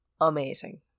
amazing